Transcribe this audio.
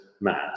mad